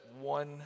one